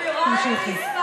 תמשיכי.